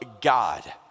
God